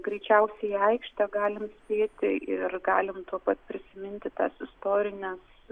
greičiausiai į aikštę galim spėti ir galim tuoj pat prisiminti tas istorines